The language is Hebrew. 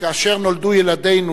כאשר נולדו ילדינו,